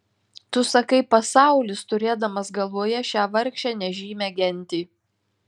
tu sakai pasaulis turėdamas galvoje šią vargšę nežymią gentį